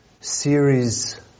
series